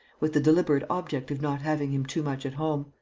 with the deliberate object of not having him too much at home.